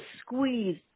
squeeze